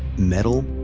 metal,